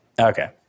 Okay